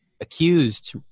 accused